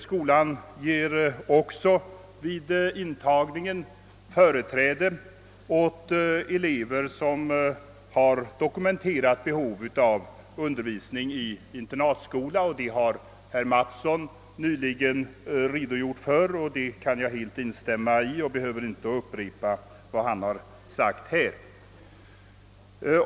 Skolan ger också vid intagning företräde åt elever med dokumenterade behov av undervisning i internatskola. Den saken har herr Mattsson här redogjort för, och jag behöver inte upprepa vad han sade.